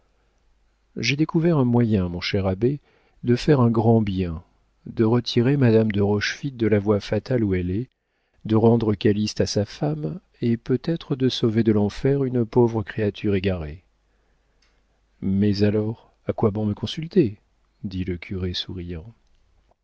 j'ai découvert un moyen mon cher abbé de faire un grand bien de retirer madame de rochefide de la voie fatale où elle est de rendre calyste à sa femme et peut-être de sauver de l'enfer une pauvre créature égarée mais alors à quoi bon me consulter dit le curé